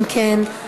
אם כן,